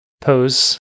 pose